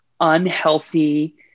Unhealthy